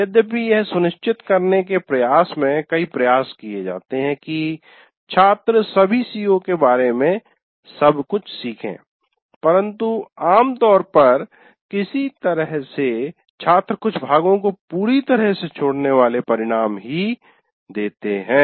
यद्यपि यह सुनिश्चित करने के प्रयास में कई प्रयास किए जाते हैं कि छात्र सभी CO के बारे में सब कुछ सीखें परन्तु आम तौर पर किसी तरह से छात्र कुछ भागों को पूरी तरह से छोड़ने वाले परिणाम ही देते है